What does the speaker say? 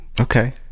okay